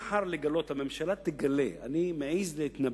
הממשלה תגלה, אני מעז להתנבא,